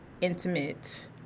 intimate